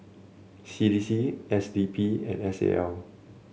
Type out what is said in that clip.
C D C S D P and S A L